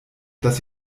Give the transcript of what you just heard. dass